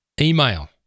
email